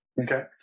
Okay